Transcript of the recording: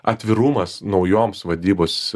atvirumas naujoms vadybos